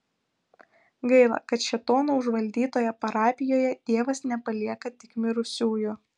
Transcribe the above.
gaila kad šėtono užvaldytoje parapijoje dievas nepalieka tik mirusiųjų